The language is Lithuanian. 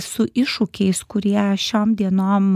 su iššūkiais kurie šiom dienom